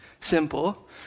simple